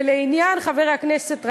ולעניין חבר הכנסת גטאס,